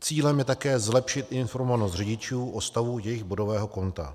Cílem je také zlepšit informovanost řidičů o stavu jejich bodového konta.